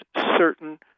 certain